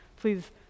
please